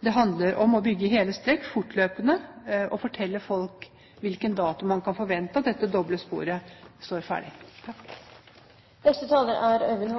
Det handler om å bygge hele strekk fortløpende og fortelle folk hvilken dato man kan forvente at dette doble sporet står ferdig. Representanten